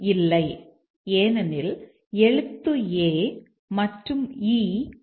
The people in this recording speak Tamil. இல்லை ஏனெனில் எழுத்து A மற்றும் E ஒரே நேரத்தில் இருக்க முடியாது